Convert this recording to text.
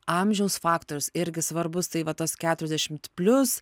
amžiaus faktorius irgi svarbus tai va tos keturiasdešimt plius